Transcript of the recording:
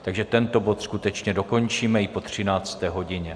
Takže tento bod skutečně dokončíme i po 13. hodině.